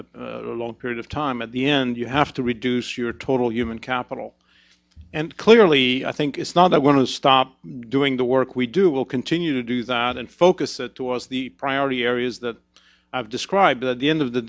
a long period of time at the end you have to reduce your total human capital and clearly i think it's not that i want to stop doing the work we do will continue to do that and focus it towards the priority areas that i've described at the end of the